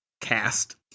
cast